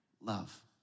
love